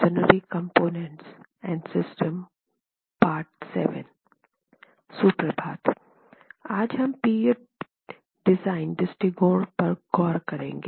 सुप्रभात हम P M design दृष्टिकोण पर गौर करेंगे